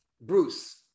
Bruce